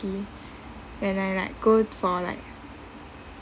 when I like go for like